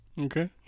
okay